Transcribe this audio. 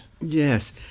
Yes